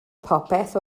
popeth